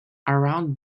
around